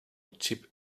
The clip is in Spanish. chip